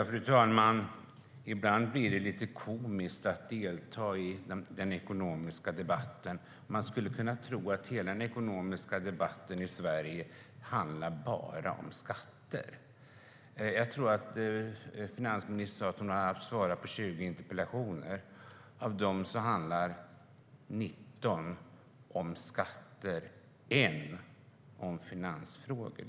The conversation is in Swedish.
Fru talman! Ibland blir det lite komiskt att delta i den ekonomiska debatten. Man skulle kunna tro att hela den ekonomiska debatten i Sverige bara handlade om skatter. Jag tror att finansministern sa att hon besvarat 20 interpellationer och att 19 av dem handlat om skatter och bara en om finansfrågor.